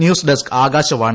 news desk Akashvani